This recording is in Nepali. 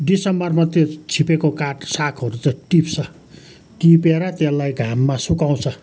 डिसेम्बरमा त्यो छिपेको काठ सागहरू चाहिँ टिप्छ टिपेर त्यसलाई घाममा सुकाउँछ